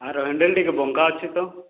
ଆର handle ଟିକେ ବଙ୍କା ଅଛି ତ